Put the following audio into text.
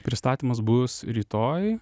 pristatymas bus rytoj